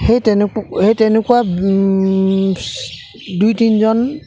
সেই তেনেকুৱ সেই তেনেকুৱা দুই তিনিজন